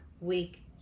week